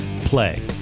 play